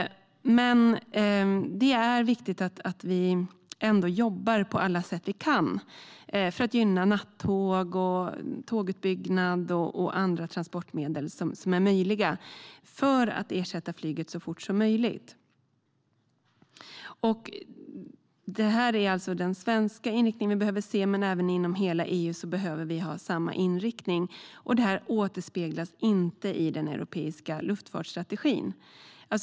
Det är ändå viktigt att vi jobbar på alla sätt vi kan för att gynna nattåg och utbyggnad av tåg och andra möjliga transportmedel som kan ersätta flyget så fort det går. Detta är den svenska inriktning vi behöver se, men vi behöver även ha samma inriktning inom hela EU. Detta återspeglas inte i den europeiska luftfartsstrategin.